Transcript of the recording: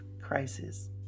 Crisis